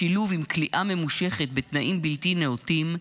בשילוב עם כליאה ממושכת בתנאים בלתי נאותים,